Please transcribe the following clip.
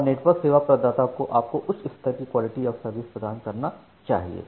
और नेटवर्क सेवा प्रदाता को आपको उच्च स्तर की क्वालिटी ऑफ़ सर्विस प्रदान करना चाहिए